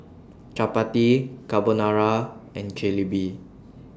Chapati Carbonara and Jalebi